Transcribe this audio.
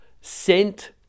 sent